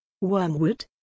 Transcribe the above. Wormwood